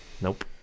nope